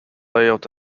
layout